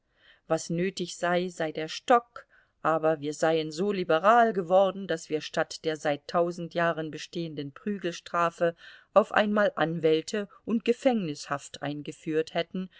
was nötig sei sei der stock aber wir seien so liberal geworden daß wir statt der seit tausend jahren bestehenden prügelstrafe auf einmal anwälte und gefängnishaft eingeführt hätten